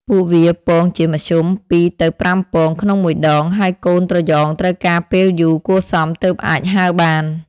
ពួកវាពងជាមធ្យម ២ ទៅ ៥ ពង ក្នុងមួយដង ហើយកូនត្រយងត្រូវការពេលយូរគួរសមទើបអាចហើរបាន។